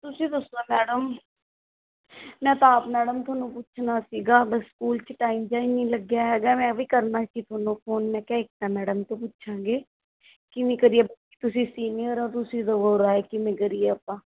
ਤੁਸੀਂ ਦੱਸੋ ਮੈਡਮ ਮੈਂ ਤਾਂ ਆਪ ਮੈਡਮ ਤੁਹਾਨੂੰ ਪੁੱਛਣਾ ਸੀਗਾ ਬਸ ਸਕੂਲ 'ਚ ਟਾਈਮ ਜਿਹਾ ਹੀ ਨਹੀਂ ਲੱਗਿਆ ਹੈਗਾ ਮੈਂ ਵੀ ਕਰਨਾ ਸੀ ਤੁਹਾਨੂੰ ਫੋਨ ਮੈਂਖਾ ਏਕਤਾ ਮੈਡਮ ਤੋਂ ਪੁੱਛਾਂਗੇ ਕਿਵੇਂ ਕਰੀਏ ਬਾਕੀ ਤੁਸੀਂ ਸੀਨੀਅਰ ਹੋ ਤੁਸੀਂ ਦੇਵੋ ਰਾਏ ਕਿਵੇਂ ਕਰੀਏ ਆਪਾਂ